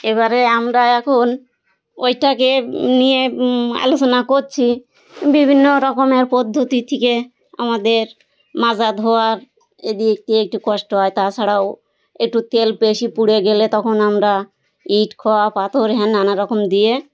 এবারে আমরা এখন ওটাকে নিয়ে আলোচনা করছি বিভিন্ন রকমের পদ্ধতি থেকে আমাদের মাজা ধোওয়ার এ দিক দিয়ে একটু কষ্ট হয় তা ছাড়াও একটু তেল বেশি পুড়ে গেলে তখন আমরা ইট খোয়া পাথর হেন নানা রকম দিয়ে